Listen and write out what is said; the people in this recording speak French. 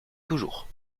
toujours